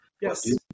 yes